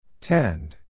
Tend